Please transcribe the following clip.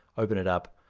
open it up,